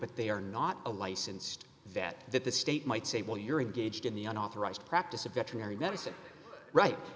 but they are not a licensed vet that the state might say well you're engaged in the unauthorized practice of veterinary medicine right